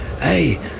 hey